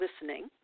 listening